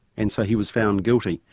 and so he was found guilty.